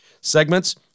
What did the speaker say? segments